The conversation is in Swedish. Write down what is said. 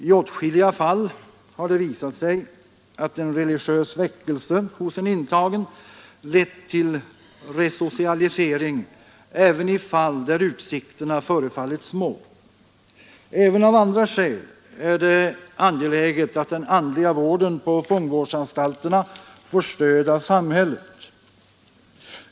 Det har visat sig att en religiös väckelse hos en intagen lett till resocialisering också i åtskilliga av de fall där utsikterna förefallit små. Även av andra skäl är det angeläget att den andliga vården på fångvårdsanstalterna får stöd av samhället.